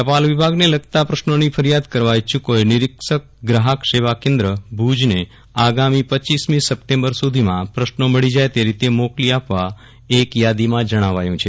ટપાલ વિભાગને લગતા પ્રશ્નોની ફરિયાદ કરવા ઇછુકોએ નિરીક્ષક ગ્રાહક સેવા કેન્દ્ર ભુજને આગામી રપમી સપ્ટેમ્બર સુધીમાં પ્રશ્નો મળી જાય તે રીતે મોકલી આપવા એક યાદીમાં જણાવ્યું છે